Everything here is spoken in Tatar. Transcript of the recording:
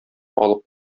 алып